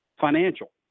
financial